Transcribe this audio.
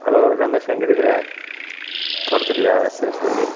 hello Ramesh எங்கே இருக்கிற தோட்டத்துலேயா சரி சரி